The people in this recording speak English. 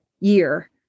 year